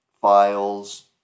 files